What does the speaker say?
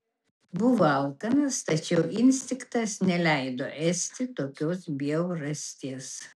buvo alkanas tačiau instinktas neleido ėsti tokios bjaurasties